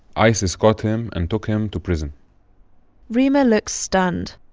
isis got him and took him to prison reema looks stunned.